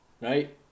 right